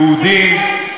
יהודים,